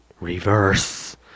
reverse